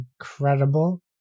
incredible